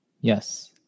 Yes